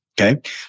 Okay